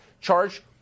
charged